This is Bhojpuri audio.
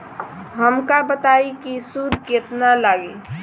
हमका बताई कि सूद केतना लागी?